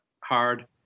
hard